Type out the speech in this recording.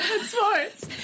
sports